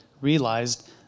realized